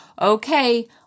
Okay